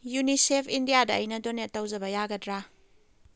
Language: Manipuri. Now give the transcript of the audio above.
ꯌꯨꯅꯤꯁꯦꯐ ꯏꯟꯗꯤꯌꯥꯗ ꯑꯩꯅ ꯗꯣꯅꯦꯠ ꯇꯧꯖꯕ ꯌꯥꯒꯗ꯭ꯔꯥ